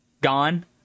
gone